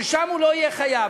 ששם הוא לא יהיה חייב.